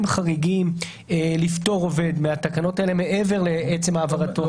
חריגים לפטור עובד מהתקנות האלה מעבר לעצם העברתו?